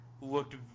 looked